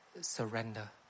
surrender